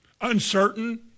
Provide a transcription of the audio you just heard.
uncertain